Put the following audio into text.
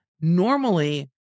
Normally